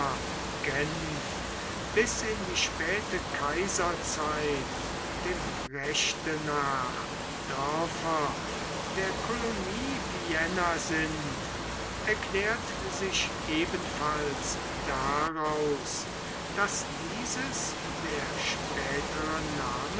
bis in die späte kaiserzeit dem rechte nach dörfer der kolonie vienna sind erklärt sich ebenfalls daraus daß dieses der spätere